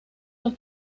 los